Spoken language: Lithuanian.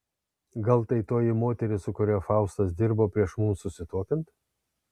gal tai toji moteris su kuria faustas dirbo prieš mums susituokiant